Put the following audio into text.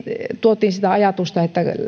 tuotiin sitä ajatusta